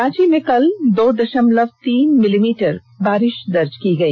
रांची में कल दो दषमलव तीन मिमी बारिश दर्ज की गई